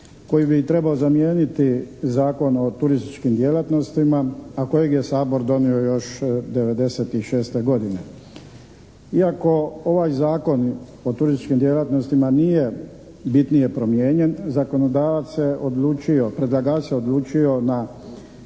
koji bi trebao zamijeniti Zakon o turističkim djelatnostima a kojeg je Sabor donio još '96. godine. Iako ovaj Zakon o turističkim djelatnostima nije bitnije promijenjen zakonodavac je odlučio, predlagač se odlučio na